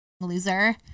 loser